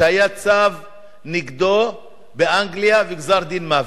שהיה צו נגדו באנגליה וגזר-דין מוות.